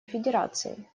федерации